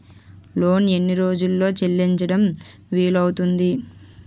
Loan ఎన్ని రోజుల్లో చెల్లించడం వీలు అవుతుంది?